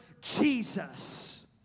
Jesus